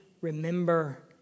remember